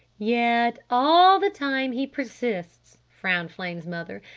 yet all the time he persists, frowned flame's mother,